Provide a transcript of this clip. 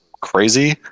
crazy